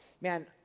man